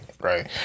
Right